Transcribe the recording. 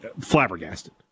flabbergasted